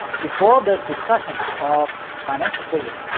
before the discussion of financial freedom,